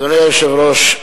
אדוני היושב-ראש,